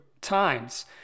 times